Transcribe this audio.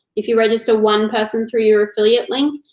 if you register one person through your affiliate link,